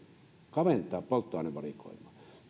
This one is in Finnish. kaventaa polttoainevalikoimaa